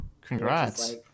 congrats